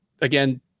Again